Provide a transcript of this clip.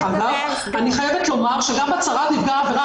אני חייבת לומר שגם הצהרת נפגע העבירה